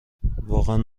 واقعا